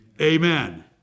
Amen